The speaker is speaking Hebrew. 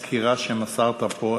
הסקירה שמסרת פה,